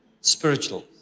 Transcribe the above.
spiritual